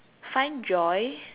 find joy